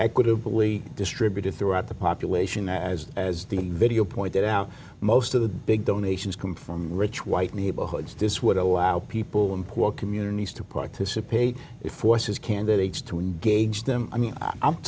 equitably distributed throughout the population as as the video pointed out most of the big donations come from rich white neighborhoods this would allow people in poor communities to participate it forces candidates to engage them i mean